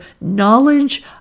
knowledge